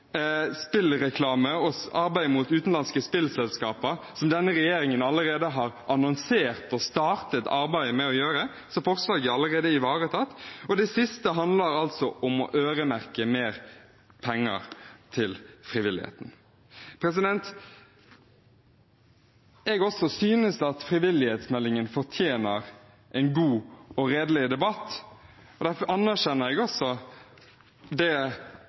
spillreklame og arbeid mot utenlandske spillselskaper, som denne regjeringen har annonsert at de har startet arbeidet med, så forslaget er allerede ivaretatt. Det siste handler om å øremerke mer penger til frivilligheten. Også jeg synes at frivillighetsmeldingen fortjener en god og redelig debatt. Derfor anerkjenner jeg også mye av det